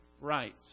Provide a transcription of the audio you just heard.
rights